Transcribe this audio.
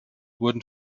wurden